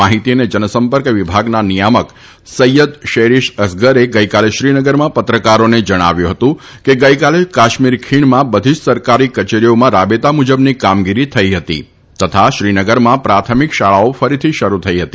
માહિતી અને જનસંપર્ક વિભાગના નિયામક સૈથદ શેરીશ અસગરે ગઇકાલે શ્રીનગરમાં પત્રકારોને જણાવ્યું હતું કે ગઇકાલે કાશ્મીર ખીણમાં બધી જ સરકારી કચેરીઓમાં રાબેતા મુજબની કામગીરી થઇ હતી તથા શ્રીનગરમાં પ્રાથમિક શાળાઓ ફરીથી શરૂ થઇ હતી